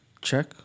Check